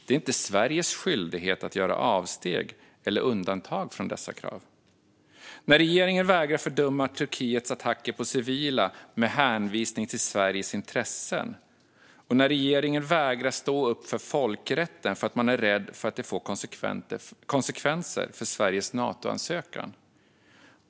Det är inte Sveriges skyldighet att göra avsteg eller undantag från dessa krav. Regeringen vägrar fördöma Turkiets attacker på civila med hänvisning till Sveriges intressen, och regeringen vägrar stå upp för folkrätten för att man är rädd för att det får konsekvenser för Sveriges Natoansökan.